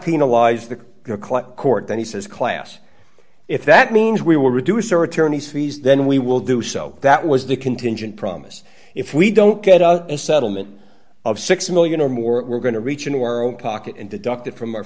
penalize the court that he says class if that means we will reduce our attorneys fees then we will do so that was the contingent promise if we don't get a settlement of six million dollars or more we're going to reach into our own pocket and deduct it from our